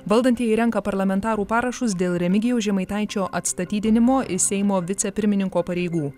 valdantieji renka parlamentarų parašus dėl remigijaus žemaitaičio atstatydinimo iš seimo vicepirmininko pareigų